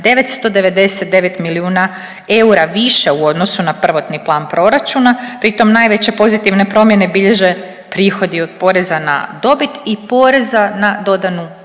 999 milijuna eura više u odnosu na prvotni plan proračuna. Pritom najveće pozitivne promjene bilježe prihodi od poreza na dobit i poreza na dodanu vrijednost.